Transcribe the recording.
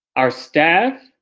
our staff,